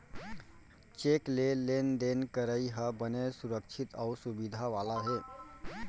cheque ले लेन देन करई ह बने सुरक्छित अउ सुबिधा वाला हे